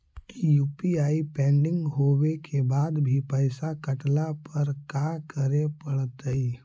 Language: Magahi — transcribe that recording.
यु.पी.आई पेंडिंग होवे के बाद भी पैसा कटला पर का करे पड़तई?